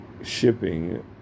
shipping